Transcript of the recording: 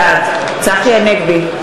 בעד צחי הנגבי,